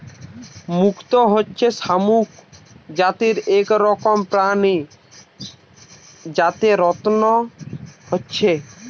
মুক্ত হচ্ছে শামুক জাতীয় এক রকমের প্রাণী যাতে রত্ন হচ্ছে